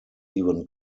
ewan